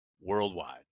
worldwide